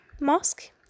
Mosque